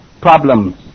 problems